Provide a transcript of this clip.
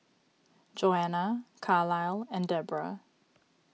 Johana Carlisle and Deborah